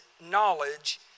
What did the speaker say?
knowledge